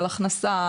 על הכנסה,